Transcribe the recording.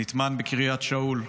נטמן בקרית שאול.